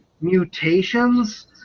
mutations